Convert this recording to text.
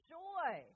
joy